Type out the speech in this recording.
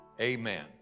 Amen